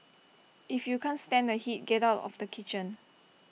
if you can't stand the heat get out of the kitchen